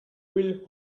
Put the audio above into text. will